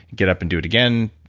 get up and do it again,